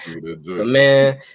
Man